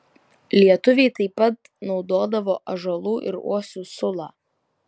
lietuviai taip pat naudodavo ąžuolų ir uosių sulą